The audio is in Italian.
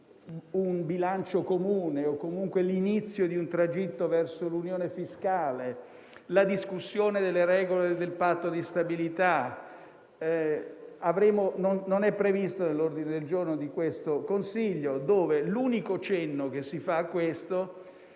un bilancio comune (o comunque l'inizio di un tragitto verso l'unione fiscale) e le regole del Patto di stabilità non sono previsti nell'ordine del giorno di questo Consiglio. L'unico cenno è al fatto